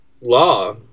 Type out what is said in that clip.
law